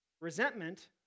Resentment